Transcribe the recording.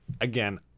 again